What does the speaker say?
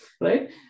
right